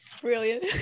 brilliant